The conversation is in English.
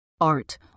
art